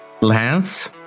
lance